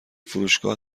فروشگاه